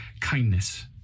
kindness